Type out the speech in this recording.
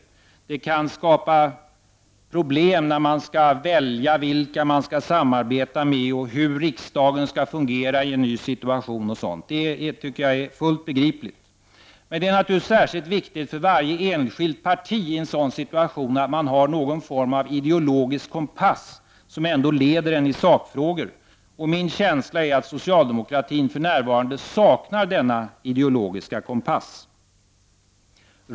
Det kan skapa problem när man skall välja vilka man skall samarbeta med och hur riksdagen skall fungera i en ny situation. Jag tycker att det är fullt begripligt. Då är det särskilt viktigt för varje enskilt parti att i en sådan situation ha någon form av ideologisk kompass som leder en i sakfrågor. Min känsla är att socialdemokratin för närvarande saknar denna ideologiska kompass.